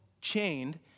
chained